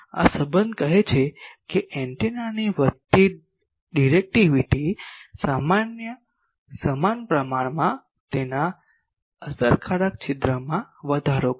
આ સંબંધ કહે છે કે એન્ટેનાની વધતી ડિરેક્ટિવિટી સમાન પ્રમાણમાં તેના અસરકારક છિદ્રમાં વધારો કરે છે